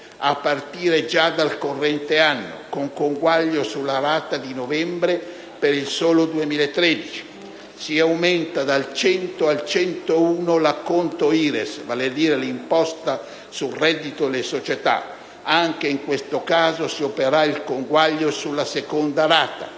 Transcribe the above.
a partire già dal corrente anno (con conguaglio sulla rata di novembre per il solo 2013), e si aumenta dal 100 al 101 per cento l'acconto IRES (Imposta sul reddito delle società). Anche in questo caso si opererà il conguaglio sulla seconda rata.